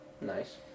nice